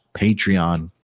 patreon